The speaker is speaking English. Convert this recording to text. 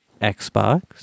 Xbox